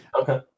okay